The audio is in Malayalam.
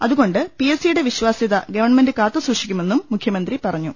അതുകൊണ്ട് പി എസ് സിയുടെ വിശ്ചാസൃത ഗവൺമെന്റ് കാത്തുസൂക്ഷിക്കു മെന്നും മുഖ്യമന്ത്രി പറഞ്ഞു